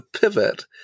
pivot